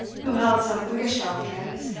who held sound whiggish doctrines,